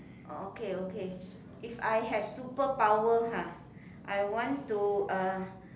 orh okay okay if I have superpower !huh! I want to uh